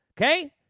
Okay